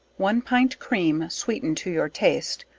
one pint cream sweetened to your taste,